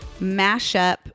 mashup